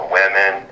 women